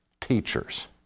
teachers